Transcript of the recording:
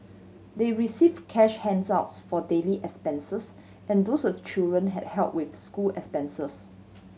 they received cash handouts for daily expenses and those with children had help with school expenses